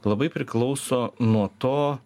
labai priklauso nuo to